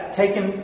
taken